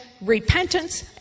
repentance